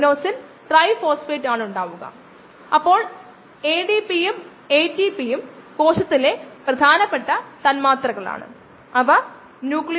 1 നും ഒന്നോ അതിലധികമോ ഇടയിലുള്ള OD മൂല്യങ്ങൾ മാത്രം ഉപയോഗിച്ച് പ്രവർത്തിക്കുന്നത് എനിക്ക് വളരെ സുഖകരമാണ്അവിടെ ലീനിയർ ഭാഗവും നോർമൽ ഡിറ്റക്ടർ റീജിയനുമാണ് സാധാരണ ഡിറ്റക്ടർ മേഖലയിലും വളരെ കൂടുതലാണ്